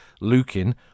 Lukin